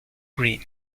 green